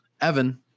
Evan